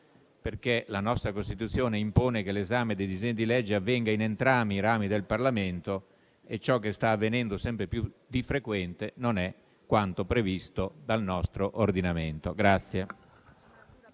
perché la nostra Costituzione impone che l'esame dei disegni di legge avvenga in entrambi i rami del Parlamento e ciò che sta avvenendo sempre più di frequente non è quanto previsto dal nostro ordinamento.